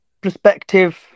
perspective